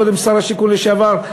קודם שר השיכון לשעבר,